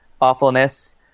awfulness